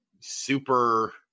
Super